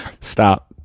Stop